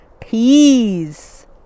Peas